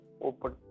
open